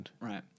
Right